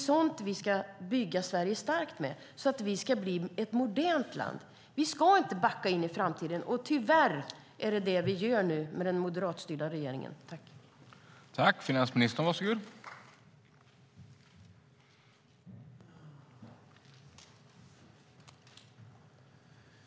Så bygger vi Sverige starkt och blir ett modernt land. Vi ska inte backa in i framtiden, men med den moderatstyrda regeringen gör vi tyvärr det.